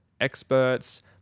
experts